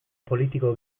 politiko